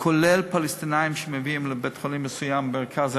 כולל פלסטינים שמביאים לבית-החולים במרכז הארץ.